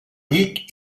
vic